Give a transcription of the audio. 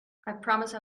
promise